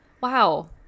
wow